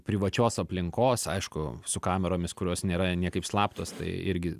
privačios aplinkos aišku su kameromis kurios nėra niekaip slaptos tai irgi